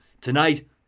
Tonight